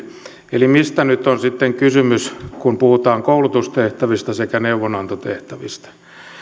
eli mistä nyt on sitten kysymys kun puhutaan koulutustehtävistä sekä neuvonantotehtävistä